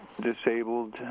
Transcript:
disabled